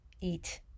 eat